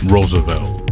Roosevelt